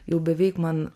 jau beveik man